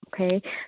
okay